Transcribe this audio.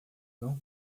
não